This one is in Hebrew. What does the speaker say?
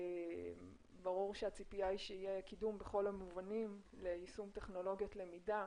ברור שהציפייה שיהיה קידום בכל המובנים ליישום טכנולוגיות למידה,